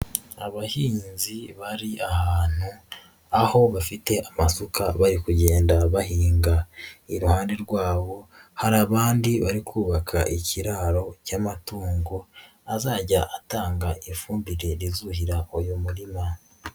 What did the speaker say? Abahinzi bari ahantu aho bafite amasuka bari kugenda bahinga, iruhande rwabo hari abandi bari kubaka ikiraro cy'amatungo azajya atanga ifumbire rizuhira uyu murima.